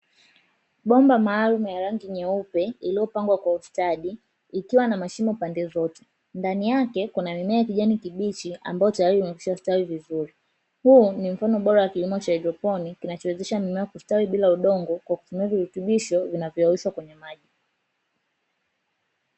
Bomba maalumu la rangi nyeupe iliyopangwa kwa ustadi, ikiwa na mashimo pande zote, ndani yake kuna mimea ya kijani kibichi ambayo tayari imekwishastawi vizuri. Huu ni mfano bora wa kilimo cha haidroponi kinachowezesha mimea kustawi bila udongo kwa kutumia virutubisho vinavyoyeyushwa kwenye maji.